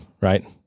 right